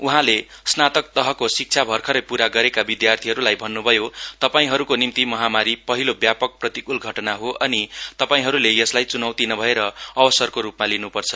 उहाँले स्नातकतहको शिक्षा भर्खरै पुरा गरेका विद्यार्थीहरूलाई भन्नुभयो तपाईहरूको निम्ति महामारी पहिलो व्यापक प्रतिकूल घटना हो अनि तपाईहरूले यसलाई चुनौती नभएर अवसरको रूपमा लिन्पर्छ